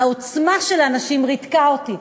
העוצמה של הנשים ריתקה אותי.